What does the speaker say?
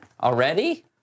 Already